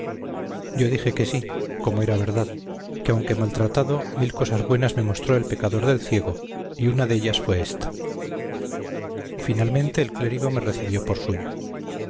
yo dije que sí como era verdad que aunque maltratado mil cosas buenas me mostró el pecador del ciego y una dellas fue ésta finalmente el clérigo me recibió por suyo